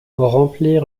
remplir